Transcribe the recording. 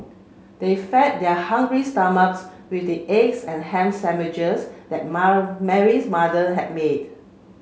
they fed their hungry stomachs with the eggs and ham sandwiches that Mary's mother had made